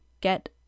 get